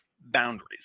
boundaries